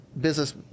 business